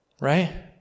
right